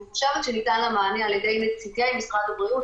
חושבת שניתן לה מענה על-ידי נציגי משרד הבריאות,